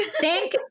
thank